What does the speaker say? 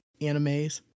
animes